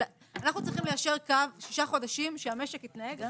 אנחנו צריכים ליישר קו שישה חודשים שהמשק יתנהג.